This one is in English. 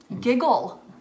giggle